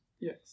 Yes